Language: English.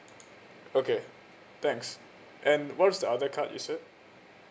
okay thanks and what is the other card is that